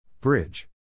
Bridge